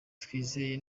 twizeye